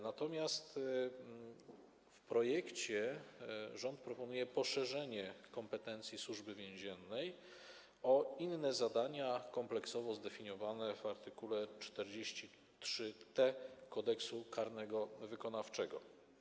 Natomiast w projekcie rząd proponuje poszerzenie kompetencji Służby Więziennej o inne zadania, kompleksowo zdefiniowane w art. 43t Kodeksu karnego wykonawczego.